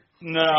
No